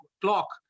clock